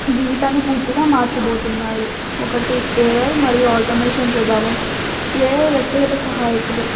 జీవితాన్ని పూర్తిగా మార్చిబోతున్నాయి ఒకటి ఏఐ మరియు ఆటోమేషన్ ప్రభావం ఏఐ వ్యక్తిగత సహాయకులు